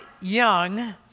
young